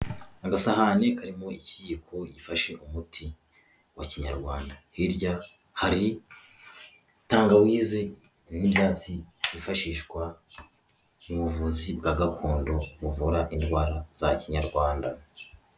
Agasahani karimo ikiyiko gifashe umuti wa kinyarwanda. Hirya hari tangawizi n'ibyatsi byifashishwa mu buvuzi bwa gakondo buvura indwara za kinyarwanda.